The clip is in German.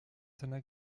seiner